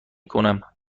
کنم